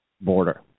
border